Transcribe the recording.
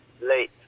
late